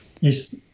yes